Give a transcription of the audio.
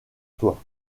toi